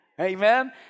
Amen